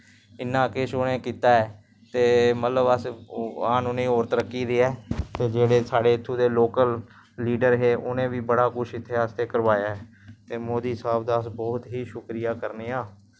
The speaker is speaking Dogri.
इन्ना किश उनें कित्ता ऐ ते मतलव अस भगवान उनेंई होर तरक्की देऐ ते जेह्ड़े साढ़े इत्थू दे लोकल लीडर हे उनें बी बड़ा किश इत्थें आस्तै करवाया ऐ ते मोदी साह्ब दा अस बड़ा ही शुक्रिया करने आं